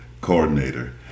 coordinator